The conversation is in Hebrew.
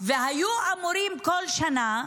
והיו אמורות כל שנה,